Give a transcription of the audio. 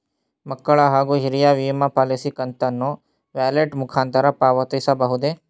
ಮಕ್ಕಳ ಹಾಗೂ ಹಿರಿಯರ ವಿಮಾ ಪಾಲಿಸಿ ಕಂತನ್ನು ವ್ಯಾಲೆಟ್ ಮುಖಾಂತರ ಪಾವತಿಸಬಹುದೇ?